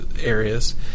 areas